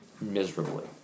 miserably